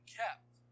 kept